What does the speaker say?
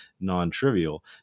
non-trivial